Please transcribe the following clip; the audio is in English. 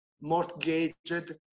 mortgaged